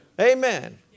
Amen